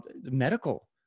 medical